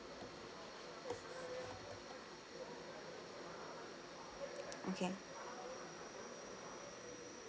okay